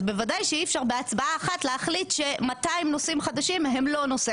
אז בוודאי שאי אפשר בהצבעה אחת להחליט ש-200 נושאים חדשים הם לא נושא